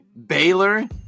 Baylor